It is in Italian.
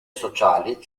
sociali